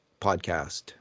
podcast